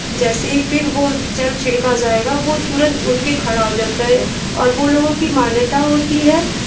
जैसे ही फिर वो जल छिड़का जाएगा वो तुरंत उठ के खड़ा हो जाता है और वो लोगों की मान्यता होती है